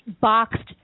boxed